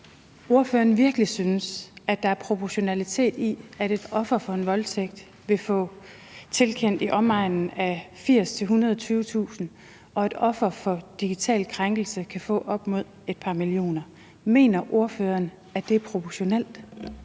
om hun virkelig synes, der er proportionalitet i, at et offer for en voldtægt vil få tilkendt i omegnen af 80.000-120.000 kr., mens et offer for en digital krænkelse kan få op mod et par millioner. Mener ordføreren, at det er proportionelt?